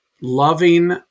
loving